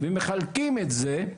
אם מחלקים את זה,